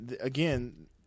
again